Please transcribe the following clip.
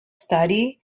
study